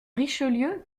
richelieu